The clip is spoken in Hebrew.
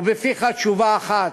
ובפיך תשובה אחת: